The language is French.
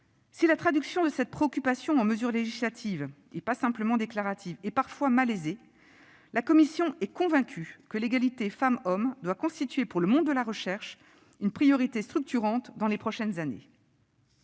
Si la traduction de cette préoccupation en mesures législatives, et non seulement déclaratives, est parfois malaisée, la commission est convaincue que l'égalité entre les femmes et les hommes doit constituer, pour le monde de la recherche, une priorité structurante dans les prochaines années.